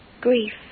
grief